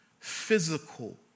physical